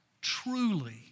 truly